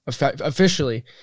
officially